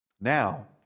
Now